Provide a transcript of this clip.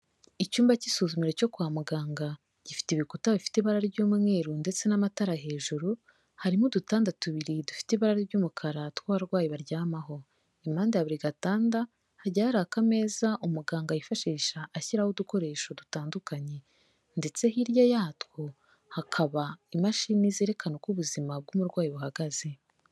Icyumba cy'isuzumiro cyo kwa muganga, gifite ibikuta bifite ibara ry'umweru ndetse n'amatara hejuru; harimo udutanda tubiri, dufite ibara ry'umukara, tw'abarwayi baryamaho. Impande ya buri gatanda, hagiye hari akameza, umuganga yifashisha, ashyiraho udukoresho dutandukanye. Ndetse hirya yatwo, hakaba imashini zerekana uko ubuzima bw'umurwayi buhagaze.